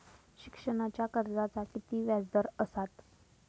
शिक्षणाच्या कर्जाचा किती व्याजदर असात?